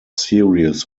serious